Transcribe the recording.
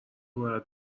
باید